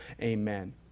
Amen